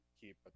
keep